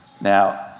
Now